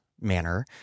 manner